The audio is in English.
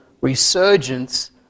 resurgence